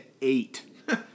eight